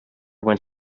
went